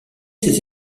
ses